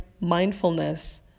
mindfulness